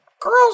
girls